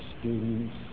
students